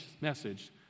message